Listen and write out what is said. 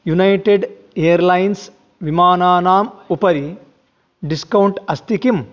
United Airlines विमानानाम् उपरि discount अस्ति किम्